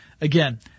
Again